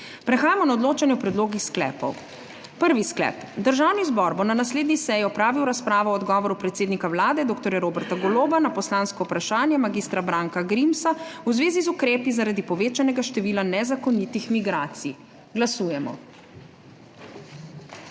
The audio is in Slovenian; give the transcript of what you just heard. Prehajamo na odločanje o predlogih sklepov. Prvi sklep: Državni zbor bo na naslednji seji opravil razpravo o odgovoru predsednika Vlade dr. Roberta Goloba na poslansko vprašanje mag. Branka Grimsa v zvezi z ukrepi zaradi povečanega števila nezakonitih migracij. Glasujemo.